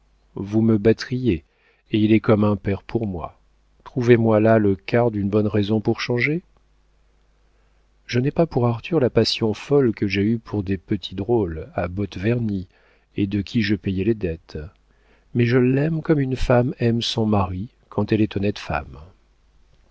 vous me battriez et il est comme un père pour moi trouvez-moi là le quart d'une bonne raison pour changer je n'ai pas pour arthur la passion folle que j'ai eue pour des petits drôles à bottes vernies et de qui je payais les dettes mais je l'aime comme une femme aime son mari quand elle est honnête femme